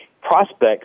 prospects